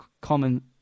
common